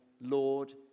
Lord